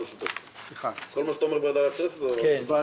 כן,